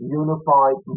unified